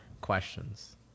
questions